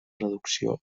reducció